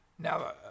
Now